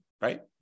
Right